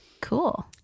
Cool